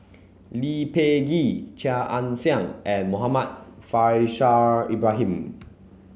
Lee Peh Gee Chia Ann Siang and Muhammad Faishal Ibrahim